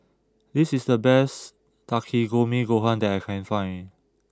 this is the best Takikomi Gohan that I can find